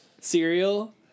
Cereal